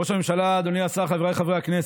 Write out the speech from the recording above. ראש הממשלה, אדוני השר, חבריי חברי הכנסת,